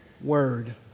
word